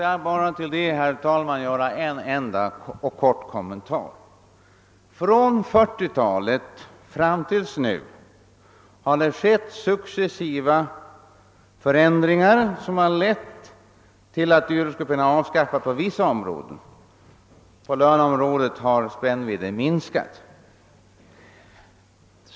Herr talman! Får jag bara göra en enda, kort kommentar. Från 1940-talet fram till nu har det skett successiva förändringar, som har lett till att dyrortsgrupperingen har avskaffats på vissa områden. På löneområdet har spännvidden minskats.